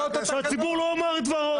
שהציבור לא יאמר את דברו.